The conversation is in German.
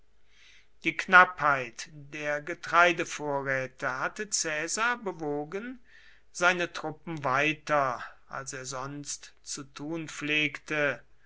die knappheit der getreidevorräte hatte caesar bewogen seine truppen weiter als er sonst zu tun pflegte